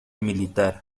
militar